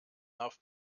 darf